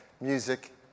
music